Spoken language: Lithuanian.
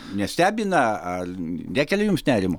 nestebina ar nekelia jums nerimo